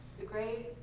the grave.